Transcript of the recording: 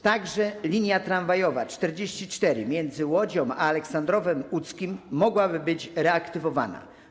Także linia tramwajowa 44 między Łodzią a Aleksandrowem Łódzkim mogłaby być reaktywowana.